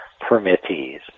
permittees